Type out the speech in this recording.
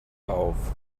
auf